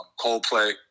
Coldplay